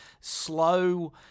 slow